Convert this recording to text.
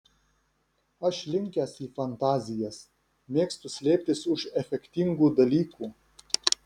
aš linkęs į fantazijas mėgstu slėptis už efektingų dalykų